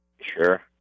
Sure